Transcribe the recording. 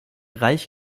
reich